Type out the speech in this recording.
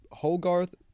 Hogarth